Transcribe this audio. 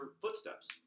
footsteps